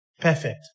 perfect